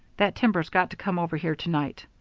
that timber's got to come over here to-night.